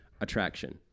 Attraction